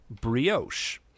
brioche